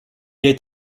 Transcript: est